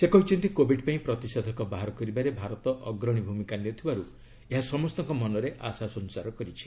ସେ କହିଛନ୍ତି କୋବିଡ୍ ପାଇଁ ପ୍ରତିଷେଧକ ବାହାର କରିବାରେ ଭାରତ ଅଗ୍ରଣୀ ଭୂମିକା ନେଉଥିବାରୁ ଏହା ସମସ୍ତଙ୍କ ମନରେ ଆଶା ସଞ୍ଚାର କରିଛି